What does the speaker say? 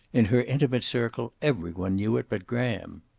in her intimate circle every one knew it but graham.